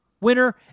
winner